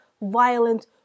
violent